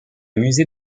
musée